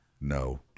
No